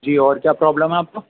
جی اور کیا پرابلم ہے آپ کو